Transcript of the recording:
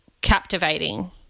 captivating